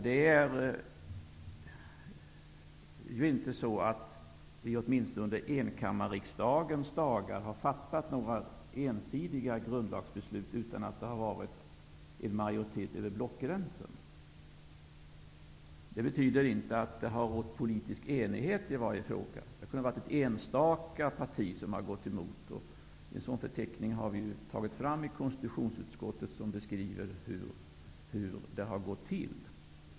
Det är ju inte så att vi under åtminstone enkammarriksdagens dagar har fattat några ensidiga grundlagsbeslut utan att det har varit en majoritet över blockgränsen. Det betyder inte att det har rått politisk enighet i varje fråga, utan det kan ha varit något enstaka parti som har gått emot. Vi har i konstitutionsutskottet tagit fram en sådan förteckning som beskriver hur detta har gått till.